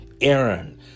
Aaron